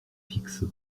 fixe